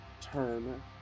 turn